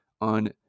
on